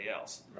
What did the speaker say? else